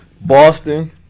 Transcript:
Boston